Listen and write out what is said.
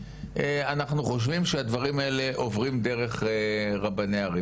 אנחנו חושבים שהדברים האלה עוברים דרך רבני הערים